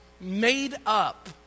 made-up